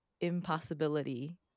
impossibility